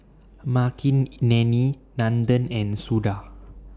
Makineni Nandan and Suda